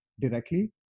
directly